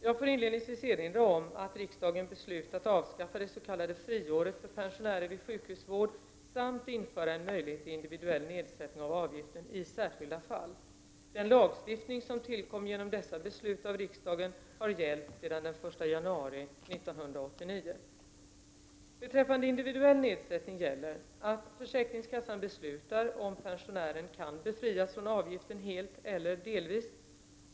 Jag får inledningsvis erinra om att riksdagen beslutat avskaffa det s.k. friåret för pensionärer vid sjukhusvård samt införa en möjlighet till individuell nedsättning av avgiften i särskilda fall. Den lagstiftning som tillkom genom dessa beslut av riksdagen har gällt sedan den 1 januari 1989. Beträffande individuell nedsättning gäller att försäkringskassan beslutar om pensionären kan befrias från avgiften helt eller delvis.